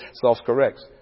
self-corrects